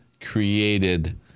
created